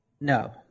No